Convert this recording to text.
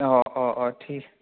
অ' অ' অ' ঠিক